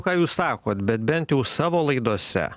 ką jūs sakot bet bent jau savo laidose